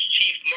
Chief